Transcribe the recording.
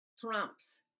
trumps